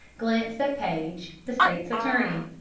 glanced at paige, the state's attorney.